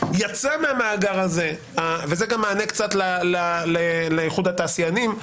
יצא מהמאגר הזה וזה גם מענה קצת להתאחדות התעשיינים,